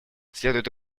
следует